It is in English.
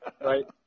Right